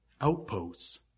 outposts